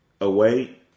away